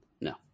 No